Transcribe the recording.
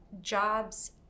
jobs